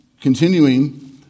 continuing